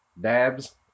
Dabs